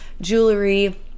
jewelry